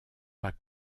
pas